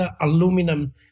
aluminum